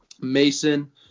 Mason